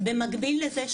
במקביל לזה,